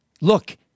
look